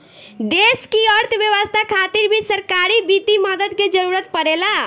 देश की अर्थव्यवस्था खातिर भी सरकारी वित्तीय मदद के जरूरत परेला